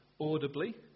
audibly